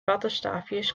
wattenstaafjes